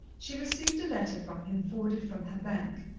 she received a letter from him, forwarded from her bank.